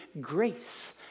grace